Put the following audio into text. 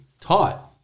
taught